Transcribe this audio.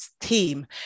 team